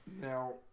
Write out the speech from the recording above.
Now